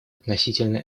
относительно